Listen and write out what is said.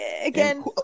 again